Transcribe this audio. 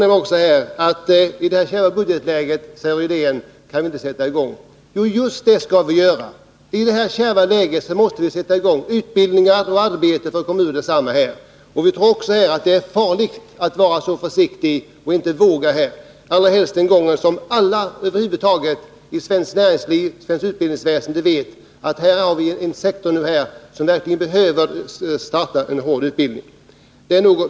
I CA det nuvarande kärva budgetläget kan vi inte sätta i gång, säger Rune Rydén. Jo, det är just vad vi skall göra! I det här kärva budgetläget måste vi sätta i gång utbildningar och arbeten för kommunerna. Vi tror att det är farligt att vara alltför försiktig och inte våga satsa på denna utbildning, allra helst som över huvud taget alla i svenskt näringsliv och inom svenskt utbildningsväsende vet att det här gäller en sektor där man verkligen behöver starta en kvalificerad utbildning.